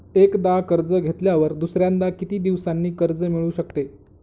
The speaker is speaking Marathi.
एकदा कर्ज घेतल्यावर दुसऱ्यांदा किती दिवसांनी कर्ज मिळू शकते?